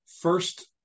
first